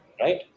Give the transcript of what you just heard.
Right